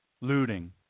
looting